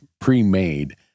pre-made